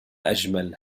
أجمل